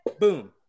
boom